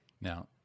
Now